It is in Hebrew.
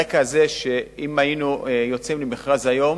על רקע זה שאם היינו יוצאים למכרז היום